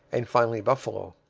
and finally buffalo.